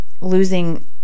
losing